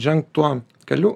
žengt tuo keliu